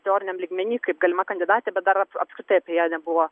teoriniam lygmeny kaip galima kandidatė bet dar apskritai apie ją nebuvo